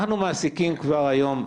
אנחנו מעסיקים כבר היום,